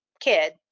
kid